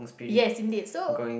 yes indeed so